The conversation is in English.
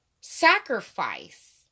sacrifice